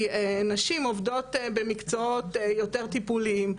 כי נשים עובדות במקצועות יותר טיפוליים,